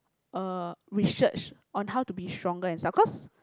uh research on how to be stronger and stuff cause